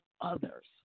others